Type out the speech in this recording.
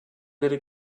nette